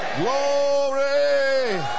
Glory